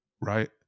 right